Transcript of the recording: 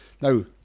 now